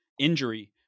injury